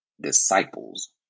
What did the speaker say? disciples